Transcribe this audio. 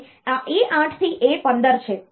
અને આ A8 થી A15 છે